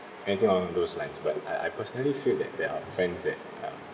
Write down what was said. and think along those lines but I I personally feel that there are friends that uh